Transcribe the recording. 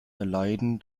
erleiden